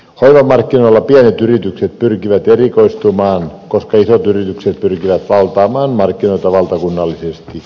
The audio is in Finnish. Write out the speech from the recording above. hoivamarkkinoilla pienet yritykset pyrkivät erikoistumaan koska isot yritykset pyrkivät valtaamaan markkinoita valtakunnallisesti